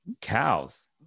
cows